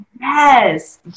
Yes